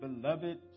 beloved